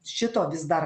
šito vis dar